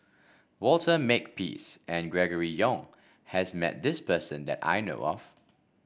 Walter Makepeace and Gregory Yong has met this person that I know of